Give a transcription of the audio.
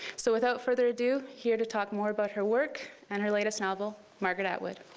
so without further ado, here to talk more about her work and her latest novel, margaret atwood.